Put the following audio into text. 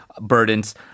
burdens